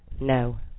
No